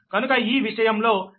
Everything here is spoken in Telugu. కనుక ఈ విషయంలో Vab Vac